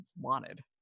wanted